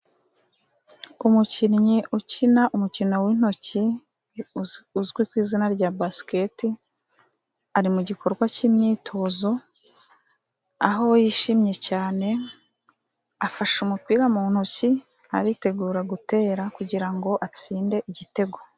Umukinnyi ukina umukino w'intoki uzwi ku izina rya basiketi ari mu gikorwa cy'imyitozo aho yishimye cyane, afashe umupira mu ntoki aritegura gutera kugira ngo atsinde igitego.